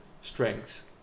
strengths